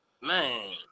Man